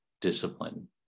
discipline